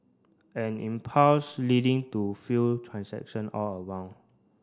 an impasse leading to few transaction all around